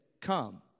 come